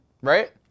right